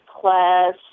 class